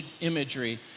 imagery